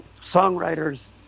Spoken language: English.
songwriters